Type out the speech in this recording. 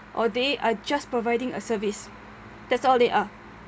or they are just providing a service that's all they are